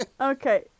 Okay